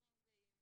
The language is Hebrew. מקרים זהים